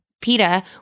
PETA